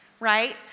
right